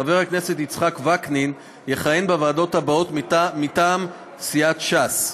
חבר הכנסת יצחק וקנין יכהן בוועדות האלה מטעם סיעת ש"ס: